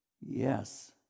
yes